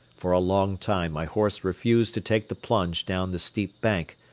for a long time my horse refused to take the plunge down the steep bank,